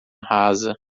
rasa